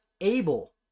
able